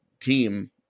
team